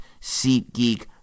SeatGeek